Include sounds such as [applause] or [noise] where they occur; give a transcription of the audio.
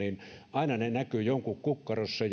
aina ne näkyvät jonkun kukkarossa [unintelligible]